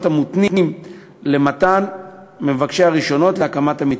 המותנים למבקשי הרישיונות להקמת המתקנים.